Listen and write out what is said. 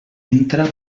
entra